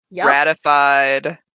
Gratified